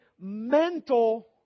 mental